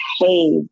behave